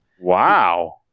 Wow